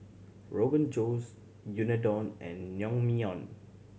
Rogan Josh Unadon and Naengmyeon